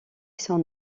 son